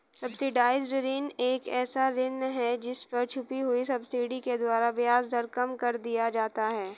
subsidised ऋण एक ऐसा ऋण है जिस पर छुपी हुई सब्सिडी के द्वारा ब्याज दर कम कर दिया जाता है